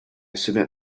submit